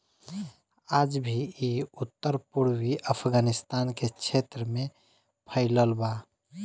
आज भी इ उत्तर पूर्वी अफगानिस्तान के क्षेत्र में फइलल बा